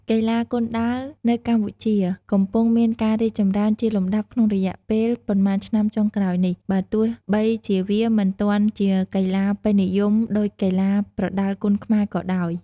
កីឡាគុនដាវនៅកម្ពុជាកំពុងមានការរីកចម្រើនជាលំដាប់ក្នុងរយៈពេលប៉ុន្មានឆ្នាំចុងក្រោយនេះ បើទោះបីជាវាមិនទាន់ជាកីឡាពេញនិយមដូចកីឡាប្រដាល់គុនខ្មែរក៏ដោយ។